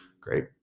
Great